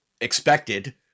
expected